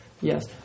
Yes